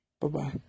Bye-bye